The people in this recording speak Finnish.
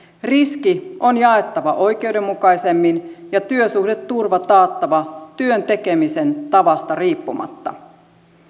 riski on jaettava oikeudenmukaisemmin ja työsuhdeturva taattava työn tekemisen tavasta riippumatta